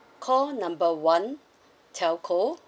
call number one telco